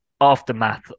Aftermath